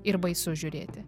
ir baisu žiūrėti